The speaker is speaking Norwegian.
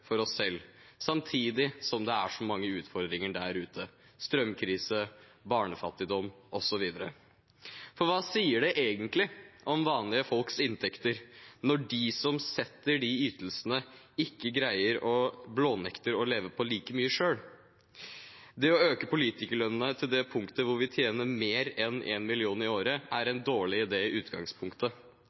for oss selv, samtidig som det er så mange utfordringer der ute – strømkrise, barnefattigdom, osv. For hva sier det egentlig om vanlige folks inntekter når de som setter de ytelsene, blånekter og ikke greier å leve på like mye selv? Det å øke politikerlønningene til det punktet hvor vi tjener mer enn 1 mill. kr i året, er en dårlig idé i utgangspunktet,